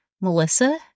Melissa